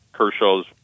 Kershaw's